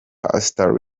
pastor